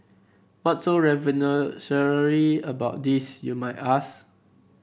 what's so revolutionary about this you might ask